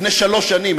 לפני שלוש שנים,